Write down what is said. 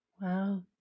Wow